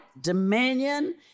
dominion